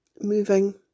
moving